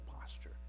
posture